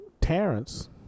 Terrence